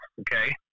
okay